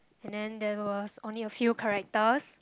and then there was only a few characters